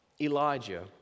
Elijah